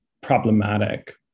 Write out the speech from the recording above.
problematic